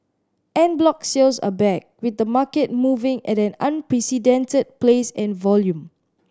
en bloc sales are back with the market moving at an unprecedented pace and volume